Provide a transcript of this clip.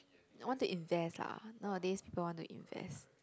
want to invest lah nowadays people want to invest